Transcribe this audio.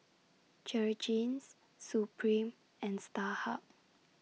Jergens Supreme and Starhub